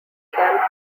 camp